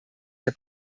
der